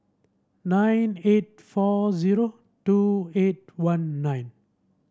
nine eight four zero two eight one nine